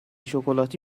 شکلاتی